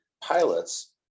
pilots